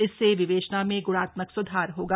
इससे विवेचना में गुणात्मक सुधार होगा